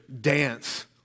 dance